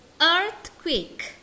earthquake